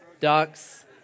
Ducks